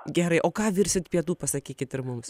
gerai o ką virsit pietų pasakykit mums